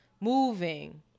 moving